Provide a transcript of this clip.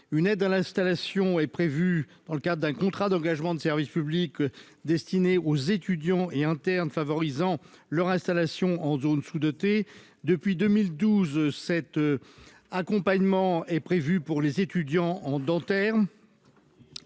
une aide à l'installation est prévu dans le cadre d'un contrat d'engagement de service public destiné aux étudiants et internes favorisant leur installation en zone sous-dotée depuis 2012 cet accompagnement est prévu pour les étudiants en dentaire.